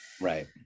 right